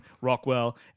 Rockwell